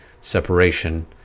separation